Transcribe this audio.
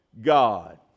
God